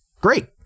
great